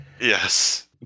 Yes